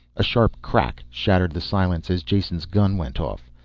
a sharp crack shattered the silence as jason's gun went off.